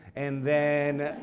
and then,